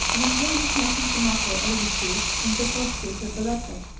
and then hamish mentioned the matter alluded to in the postscript of the letter.